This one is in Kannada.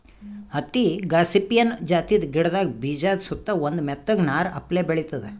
ಹತ್ತಿ ಗಾಸಿಪಿಯನ್ ಜಾತಿದ್ ಗಿಡದ ಬೀಜಾದ ಸುತ್ತಾ ಒಂದ್ ಮೆತ್ತಗ್ ನಾರ್ ಅಪ್ಲೆ ಬೆಳಿತದ್